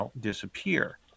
disappear